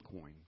coin